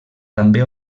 també